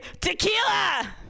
tequila